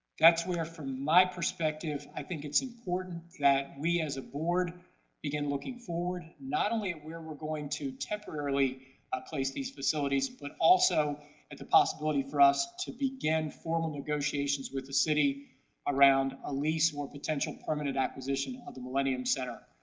that's where, from my perspective, i think it's important that we as a board begin looking forward not only where we're going to temporarily place these facilities, but also at the possibility for us to begin formal negotiations with the city around a lease or potential permanent acquisition of the millennium center.